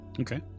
Okay